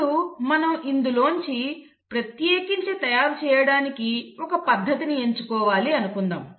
ఇప్పుడు మనం ఇందులోంచి ప్రత్యేకించి తయారుచేయడానికి ఒక పద్ధతిని ఎంచుకోవాలి అనుకుందాం